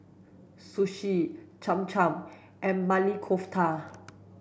Sushi Cham Cham and Maili Kofta